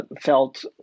felt